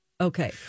Okay